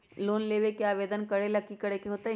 Loan लेबे ला आवेदन करे ला कि करे के होतइ?